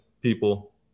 people